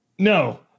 No